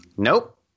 Nope